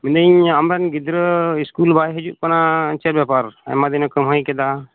ᱢᱮᱱᱮᱫᱟᱹᱧ ᱟᱢᱨᱮᱱ ᱜᱤᱫᱽᱨᱟᱹ ᱥᱠᱩᱞ ᱵᱟᱭ ᱦᱤᱡᱩᱜ ᱠᱟᱱᱟ ᱪᱮᱫ ᱵᱮᱯᱟᱨ ᱟᱭᱢᱟ ᱫᱤᱱᱮ ᱠᱟᱹᱢᱦᱟᱹᱭ ᱠᱮᱫᱟ